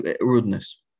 rudeness